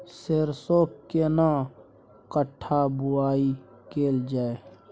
सरसो केना कट्ठा बुआई कैल जाय?